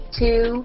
two